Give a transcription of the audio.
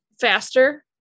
faster